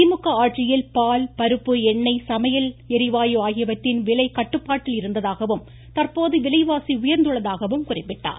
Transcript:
திமுக ஆட்சியில் பால் பருப்பு எண்ணெய் சமையல் ளிவாயு ஆகியவற்றின் விலை கட்டுப்பாட்டில் இருந்ததாகவும் தற்போது விலைவாசி உயா்ந்துள்ளதாகவும் குறிப்பிட்டார்